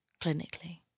clinically